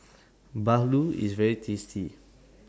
Bahulu IS very tasty